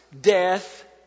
death